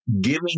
giving